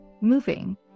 moving